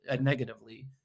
negatively